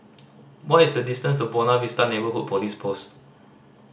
what is the distance to Buona Vista Neighbourhood Police Post